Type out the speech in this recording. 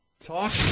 talk